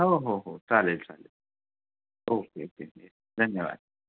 हो हो हो चालेल चालेल ओके ओके के धन्यवाद